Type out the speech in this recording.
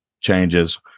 changes